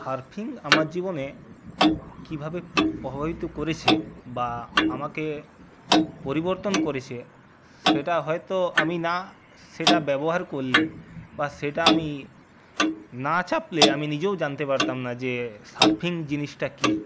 surfing আমার জীবনে কীভাবে প্রভাবিত করেছে বা আমাকে পরিবর্তন করেছে সেটা হয়তো আমি না সেটা ব্যবহার করলে বা সেটা আমি না চাপলে আমি নিজেও জানতে পারতাম না যে সার্ফিং জিনিসটা কী